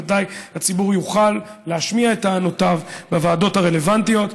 אבל ודאי הציבור יוכל להשמיע את טענותיו בוועדות הרלוונטיות.